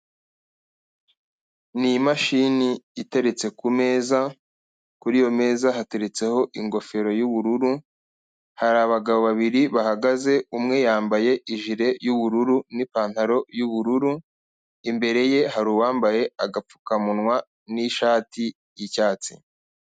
Ni imashini iteretse ku meza, kuri iyo meza hateretseho ingofero y'ubururu, hari abagabo babiri bahagaze, umwe yambaye ijire y'ubururu n'ipantaro y'ubururu, imbere ye hari uwambaye agapfukamunwa n'ishati y'icyatsi.